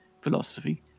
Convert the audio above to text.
philosophy